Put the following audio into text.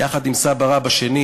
יחד עם סבא רבא השני,